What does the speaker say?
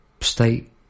state